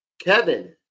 Kevin